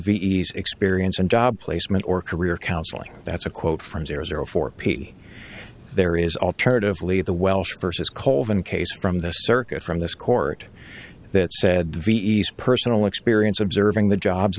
ves experience and job placement or career counseling that's a quote from zero zero four p there is alternatively the welsh versus colvin case from the circuit from this court that said ves personal experience observing the jobs